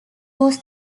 was